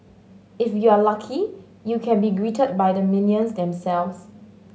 if you're lucky you can be greeted by the minions themselves